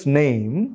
name